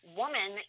woman